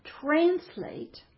Translate